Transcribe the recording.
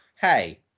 hey